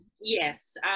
yes